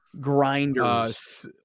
grinders